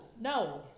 no